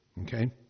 Okay